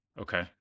Okay